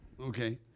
Okay